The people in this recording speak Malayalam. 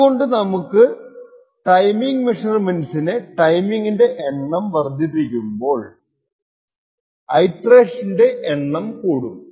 അതുകൊണ്ട് നമ്മൾ ടൈമിംഗ് മെഷർമെൻറ്സിന്റെ ടൈമിങിന്റെ എണ്ണം വർധിപ്പിക്കുമ്പോൾ ഇറ്ററേഷന്റെ എണ്ണം കൂടും